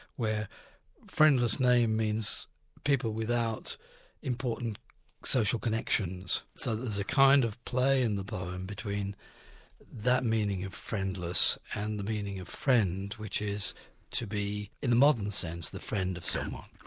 where friendless name means people without important social connections, so that there's a kind of play in the poem between that meaning of friendless and the meaning of friend which is to be in the modern sense, the friend of someone.